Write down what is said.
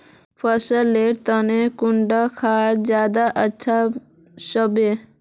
फसल लेर तने कुंडा खाद ज्यादा अच्छा सोबे?